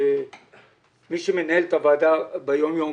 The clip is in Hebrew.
מי שמנהל את הוועדה ביום יום,